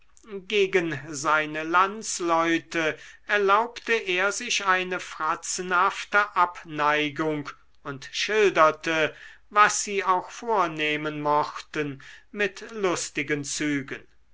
gegen seine landsleute erlaubte er sich eine fratzenhafte abneigung und schilderte was sie auch vornehmen mochten mit lustigen zügen